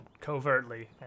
covertly